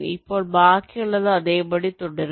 ഇപ്പോൾ ബാക്കിയുള്ളത് അതേപടി തുടരുന്നു